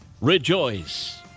Rejoice